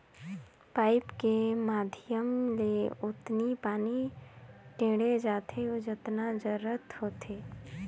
pipe के माधियम ले ओतनी पानी टेंड़े जाथे जतना जरूरत होथे